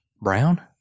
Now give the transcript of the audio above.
Brown